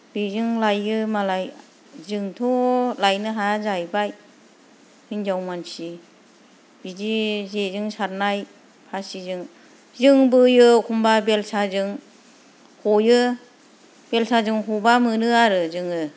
बेजों लायो मालाय जोंथ' लायनो हाया जाहैबाय हिनजाव मानसि बिदि जेजों सारनाय फासिजों जों बोयो एखम्बा बेलसाजों हयो बेलसाजों हबा मोनो आरो जोङो